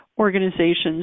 organizations